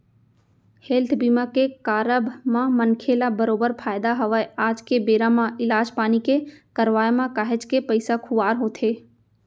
health बीमा के कारब म मनखे ल बरोबर फायदा हवय आज के बेरा म इलाज पानी के करवाय म काहेच के पइसा खुवार होथे